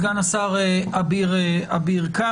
תודה רבה לסגן השר אביר קארה.